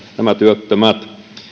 työttömät